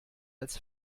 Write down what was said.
als